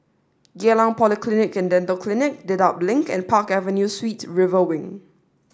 Geylang Polyclinic and Dental Clinic Dedap Link and Park Avenue Suites River Wing